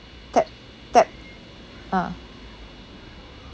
tap tap ah